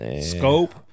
Scope